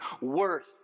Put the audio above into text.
worth